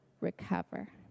recover